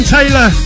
Taylor